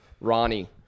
Ronnie